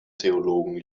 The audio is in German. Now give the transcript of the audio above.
theologen